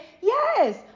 Yes